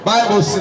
Bible